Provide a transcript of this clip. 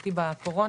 המשמעותי בקורונה